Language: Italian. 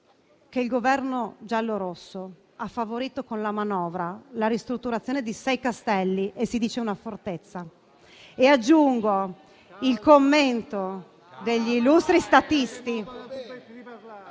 che il Governo giallorosso ha favorito, con la manovra, la ristrutturazione di sei castelli e - si dice - di una fortezza. Aggiungo il commento degli illustri statisti